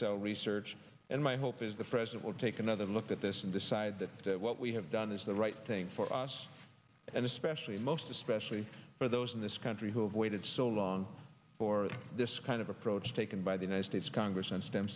cell research and my hope is the president will take another look at this and decide that what we have done is the right thing for us and especially most especially for those in this country who have waited so long for this kind of approach taken by the united states congress on stem